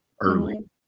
early